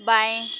बाएँ